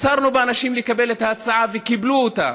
הפצרנו באנשים לקבל את ההצעה, וקיבלו אותה.